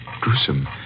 Gruesome